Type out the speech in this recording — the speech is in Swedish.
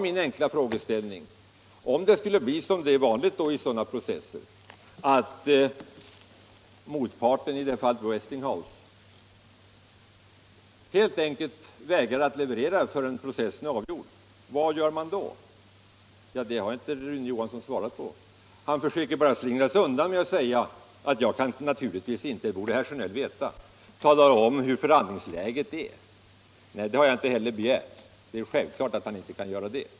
Min enkla fråga var: Om det skulle bli så, som är vanligt i sådana här processer, att motparten, i detta fall Westinghouse, helt enkelt vägrar att leverera innan processen är avgjord, vad gör man då? Det har inte Rune Johansson svarat på. Han försöker slingra sig undan med att säga: Jag kan naturligtvis inte — det borde herr Sjönell veta —- tala om hur förhandlingsläget är. Nej, det har jag inte heller begärt. Det är självklart att industriministern inte kan göra det.